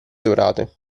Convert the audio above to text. dorate